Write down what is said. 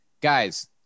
guys